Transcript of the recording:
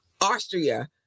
Austria